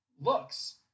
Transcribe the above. looks